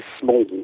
small